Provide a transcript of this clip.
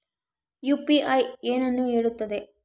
UPI ಏನನ್ನು ಹೇಳುತ್ತದೆ?